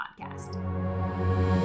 Podcast